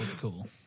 Cool